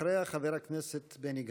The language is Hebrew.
אחריה, חבר הכנסת בני גנץ.